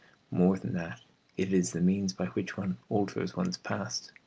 more than that it is the means by which one alters one's past.